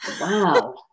Wow